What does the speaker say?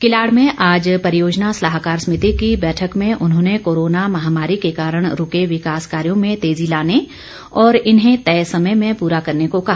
किलाड़ में आज परियोजना सलाहकार समिति की बैठक में उन्होंने कोरोना महामारी के कारण रूके विकास कार्यों में तेजी लाने और इन्हें तय समय में पूरा करने को कहा